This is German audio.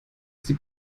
sie